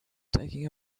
taking